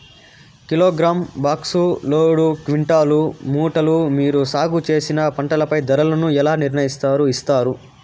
Kilogram, box, load, క్వింటాలు, మూటలు మీరు సాగు చేసిన పంటపై ధరలను ఎలా నిర్ణయిస్తారు యిస్తారు?